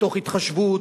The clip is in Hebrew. מתוך התחשבות,